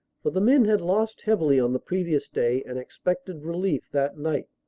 for the men had lost heavily on the previous day and expected relief that night.